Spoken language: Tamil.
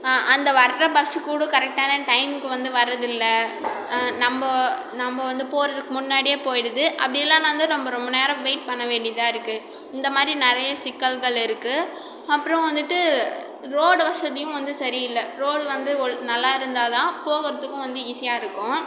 அந்த வர்ற பஸ்ஸு கூட கரெக்டான டைம்க்கு வந்து வர்றதில்லை நம்ப நம்ப வந்து போகறதுக்கு முன்னாடியே போயிடுது அப்படி இல்லைன்னா வந்து நம்ப ரொம்ப நேரம் வெயிட் பண்ண வேண்டியதாக இருக்கு இந்த மாரி நிறைய சிக்கல்கள் இருக்கு அப்புறம் வந்துவிட்டு ரோடு வசதியும் வந்து சரியில்லை ரோடு வந்து ஒ நல்லா இருந்தால் தான் போகுறத்துக்கும் வந்து ஈசியாக இருக்கும்